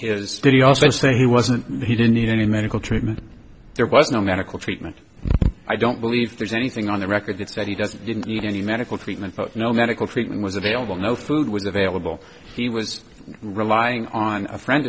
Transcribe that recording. his study also saying he wasn't he didn't need any medical treatment there was no medical treatment i don't believe there's anything on the record that says he doesn't need any medical treatment but no medical treatment was available no food was available he was relying on a friend